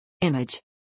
Image